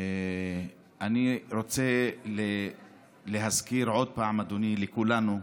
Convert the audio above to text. אני רוצה להזכיר עוד פעם, אדוני, לכולנו,